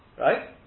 Right